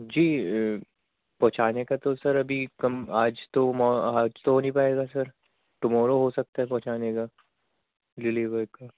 جی پہنچانے کا تو سر ابھی کم آج تو آج تو ہو نہیں پائے گا سر ٹمارو ہو سکتا ہے پہنچانے کا ڈلیور کا